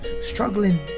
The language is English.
Struggling